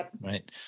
Right